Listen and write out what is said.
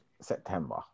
September